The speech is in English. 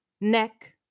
neck